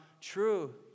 true